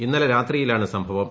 ഇന്നലെ രാത്രിയിലാണ് സംഭവം